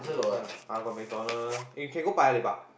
MacPherson ah uh got McDonald or we can go Paya-Lebar